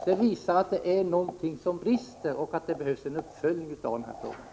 Det visar att det är någonting som brister och att det behövs en uppföljning av denna fråga.